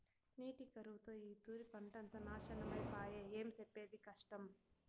నీటి కరువుతో ఈ తూరి పంటంతా నాశనమై పాయె, ఏం సెప్పేది కష్టం